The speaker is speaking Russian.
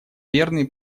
верные